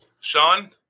Sean